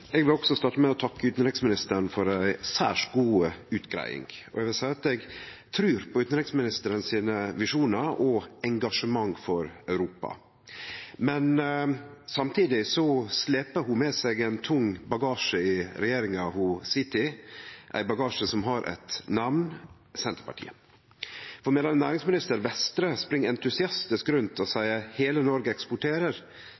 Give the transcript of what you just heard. utanriksministeren og engasjementet hennar for Europa. Samtidig sleper ho med seg ein tung bagasje i regjeringa ho sit i, ein bagasje som har eit namn: Senterpartiet. Medan næringsminister Vestre spring entusiastisk rundt og